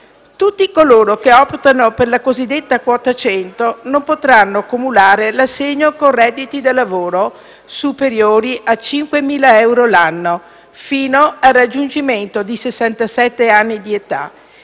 Tutti coloro che optano per la cosiddetta quota 100 non potranno cumulare l'assegno con redditi da lavoro superiori a 5.000 euro l'anno, fino al raggiungimento dei sessantasette